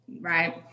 right